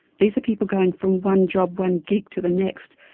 these are people going from one job, one gig to the next,